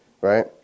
right